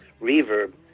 reverb